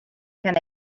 can